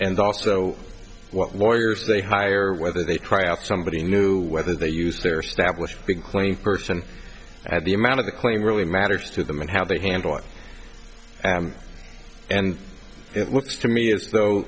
and also what lawyers they hire whether they try out somebody new whether they use their stablished the cleaning person at the amount of the claim really matters to them and how they handle and it looks to me as though